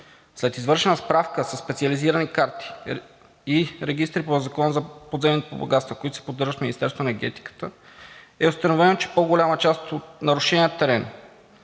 След извършена справка със специализирани карти и регистри по Закона за подземните богатства, които се поддържат от Министерството на енергетиката, е установено, че по-голяма част от нарушения терен